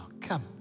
Come